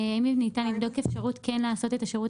האם ניתן לבדוק אפשרות כן לעשות את השירות